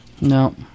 No